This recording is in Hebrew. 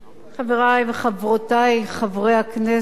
חברי וחברותי חברי הכנסת,